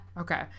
Okay